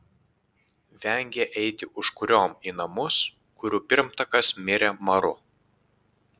vengė eiti užkuriom į namus kurių pirmtakas mirė maru